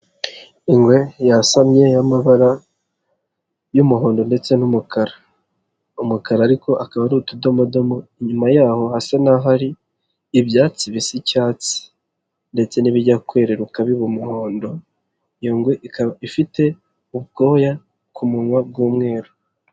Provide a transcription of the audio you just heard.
Ingwe yasamye y'amabara y'umuhondo ndetse n'umukara, umukara ariko ukaba ari utudomodo, inyuma yaho hasa naho hari ibyatsi bisa icyatsi ndetse n'ibijya kweruka biba umuhondo, iyo ngwe ikaba ifite ubwoya ku munwa bw'umweru.